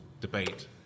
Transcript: debate